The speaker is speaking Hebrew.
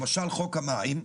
למשל חוק המים,